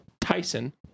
Tyson